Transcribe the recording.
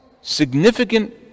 significant